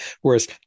Whereas